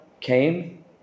came